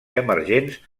emergents